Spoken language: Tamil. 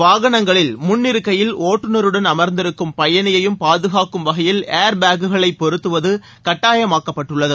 வாகனங்களில் முன் இருக்கையில் ஒட்டுனருடன் அமர்ந்திருக்கும் பயணியையும் பாதுகாக்கும் வகையில் ஏர் பேக்குகளை பொருத்துவது கட்டாயமாக்கப்பட்டுள்ளது